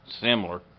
similar